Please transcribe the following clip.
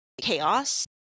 chaos